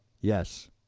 Yes